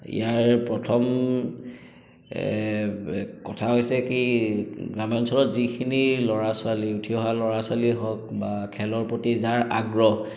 ইয়াৰ প্ৰথম কথা হৈছে কি গ্ৰামাঞ্চলত যিখিনি ল'ৰা ছোৱালী উঠি অহা ল'ৰা ছোৱালীয়ে হওক বা খেলৰ প্ৰতি যাৰ আগ্ৰহ